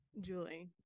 Julie